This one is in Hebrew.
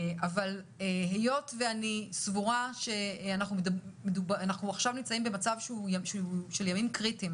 היות ואני סבורה שאנחנו נמצאים עכשיו בימים קריטיים